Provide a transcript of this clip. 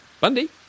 Bundy